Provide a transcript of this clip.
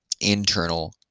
Internal